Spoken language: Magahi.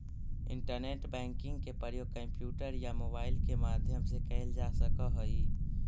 इंटरनेट बैंकिंग के प्रयोग कंप्यूटर या मोबाइल के माध्यम से कैल जा सकऽ हइ